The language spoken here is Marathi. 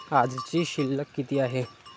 आजची शिल्लक किती आहे?